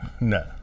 No